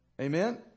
Amen